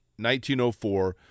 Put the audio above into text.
1904